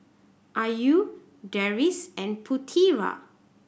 Ayu Deris and Putera